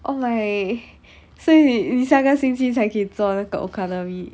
oh my 所以你你下个星期才可以做那个 okonomiyaki